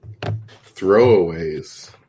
throwaways